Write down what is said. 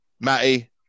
Matty